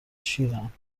شیرند